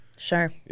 Sure